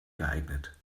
geeignet